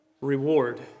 reward